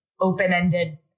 open-ended